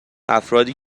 افرادی